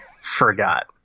forgot